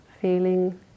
feeling